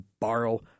borrow